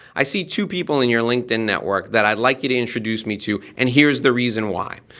i see two people in your linkedin network that i'd like you to introduce me to and here's the reason why.